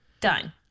done